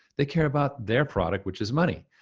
they care about their product, which is money.